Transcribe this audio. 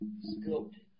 Sculpted